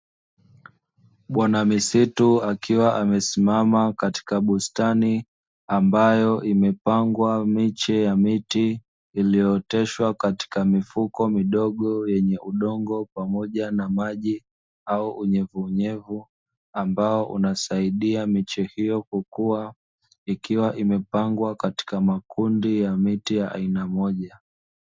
Bwana misitu akiwa amesimama katika bustani ambayo imepangwa miche ya miti iliyooteshwa katika mifuko midogo yenye udongo pamoja na maji au unyevuunyevu, ambao unasaidia miche hiyo kukua, ikiwa imepangwa katika makundi ya miti ya aina moja.